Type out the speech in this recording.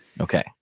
okay